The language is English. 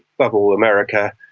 above all america,